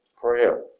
prayer